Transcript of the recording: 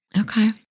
Okay